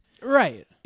right